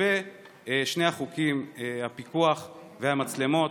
לגבי שני החוקים, הפיקוח והמצלמות,